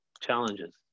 challenges